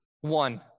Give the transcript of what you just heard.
one